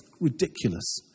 ridiculous